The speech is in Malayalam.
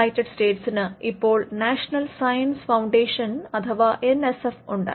യുണൈറ്റഡ് സ്റ്റേസിന് ഇപ്പോൾ നാഷണൽ സയൻസ് ഫൌണ്ടേഷൻ അഥവാ എൻ എസ് എഫ് ഉണ്ട്